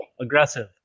Aggressive